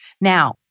Now